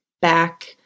back